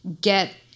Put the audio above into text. get